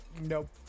Nope